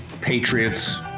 Patriots